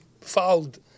fouled